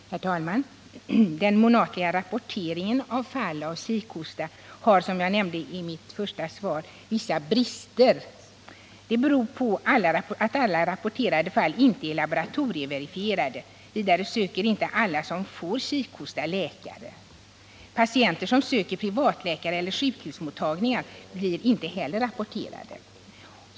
Herr talman! Den månatliga rapporteringen av fall av kikhosta har, som jag nämnde i mitt frågesvar, vissa brister. Det beror på att alla rapporterade fall inte är laboratorieverifierade. Vidare söker inte alla som får kikhosta läkare. Patienter som söker privatläkare eller går till sjukhusmottagningar blir inte heller rapporterade.